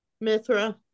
Mithra